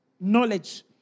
knowledge